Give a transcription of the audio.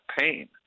pain